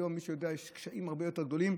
היום, מי שיודע, יש קשיים הרבה יותר גדולים,